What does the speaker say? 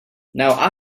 now